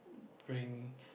bring